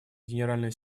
генеральный